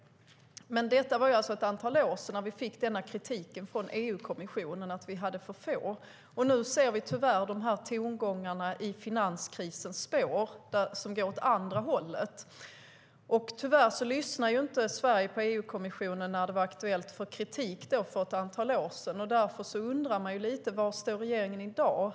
Det var alltså ett antal år sedan vi fick kritik från EU-kommissionen om att vi hade för få. Nu ser vi tyvärr de tongångar i finanskrisens spår som går åt andra hållet. Tyvärr lyssnade inte Sverige på EU-kommissionen när det var aktuellt med kritik för ett antal år sedan. Därför undrar man lite: Var står regeringen i dag?